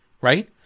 right